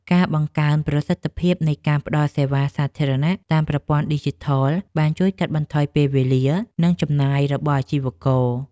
ការបង្កើនប្រសិទ្ធភាពនៃការផ្តល់សេវាសាធារណៈតាមប្រព័ន្ធឌីជីថលបានជួយកាត់បន្ថយពេលវេលា និងចំណាយរបស់អាជីវករ។